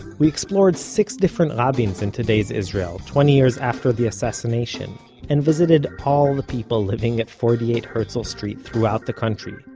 we explored six different ah rabins in today's israel twenty years after the assassination and visited all the people living at forty eight herzl street throughout the country,